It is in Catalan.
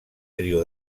trio